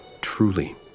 Truly